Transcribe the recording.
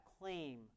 claim